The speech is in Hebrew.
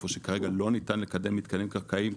איפה שכרגע לא ניתן לקדם מתקנים קרקעיים,